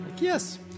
Yes